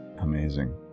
Amazing